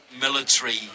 military